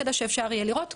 כדי שאפשר יהיה לראות.